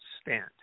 stand